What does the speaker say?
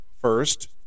first